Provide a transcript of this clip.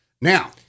Now